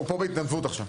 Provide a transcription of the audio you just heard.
הוא פה בהתנדבות עכשיו.